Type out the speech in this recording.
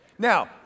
Now